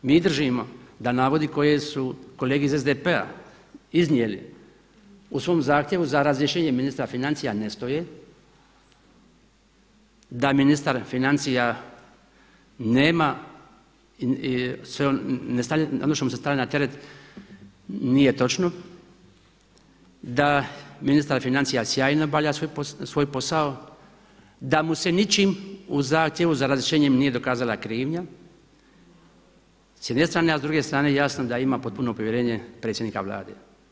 Mi držimo da navodi koje su kolege iz SDP-a iznijeli u svom zahtjevu za razrješenje ministra financija ne stoje, da ministar financija nema, ono što mu se stavlja na teret nije točno, da ministar financija sjajno obavlja svoj posao, da mu se ničim u zahtjevu za razrješenjem nije dokazala krivnja s jedne strane a s druge strane jasno da ima potpuno povjerenje predsjednika Vlade.